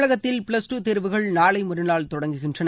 தமிழகத்தில் plus two தேர்வுகள் நாளை மறுநாள் தொடங்குகிறது